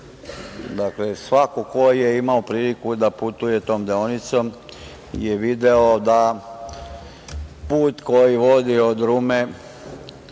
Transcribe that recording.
Loznice. Svako ko je imao priliku da putuje tom deonicom je video da put koji vodi od Rume